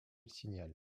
signal